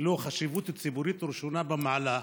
לו חשיבות ציבורית ראשונה במעלה,